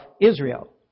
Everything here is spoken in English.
Israel